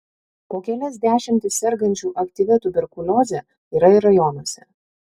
po kelias dešimtis sergančių aktyvia tuberkulioze yra ir rajonuose